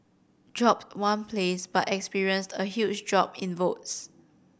dropped one place but experienced a huge drop in votes